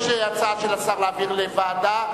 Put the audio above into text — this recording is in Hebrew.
יש הצעה של השר להעביר לוועדה,